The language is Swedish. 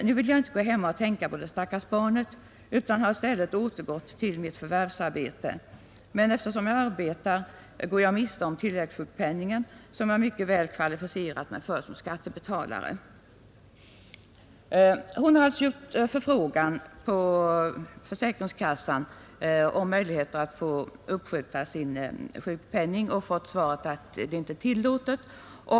Nu vill jag inte gå hemma och tänka på det stackars barnet utan har i stället återgått till mitt förvärvsarbete. Men eftersom jag arbetar går jag miste om tilläggssjukpenningen som jag mycket väl kvalificerat mig för som skattebetalare.” Hon har gjort en förfrågan hos försäkringskassan om möjligheten att uppskjuta sin sjukpenning och fått svaret att det inte är tillåtet.